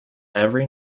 every